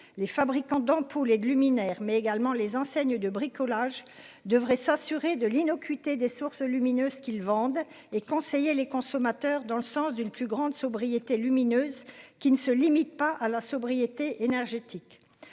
les fabricants d'ampoules et de luminaires mais également les enseignes de bricolage devrait s'assurer de l'innocuité des sources lumineuses qu'ils vendent et conseiller les consommateurs dans le sens d'une plus grande sobriété lumineuse qui ne se limite pas à la sobriété énergétique.